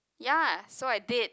ya so I did